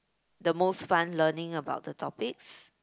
the most fun learning about the topics